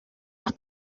las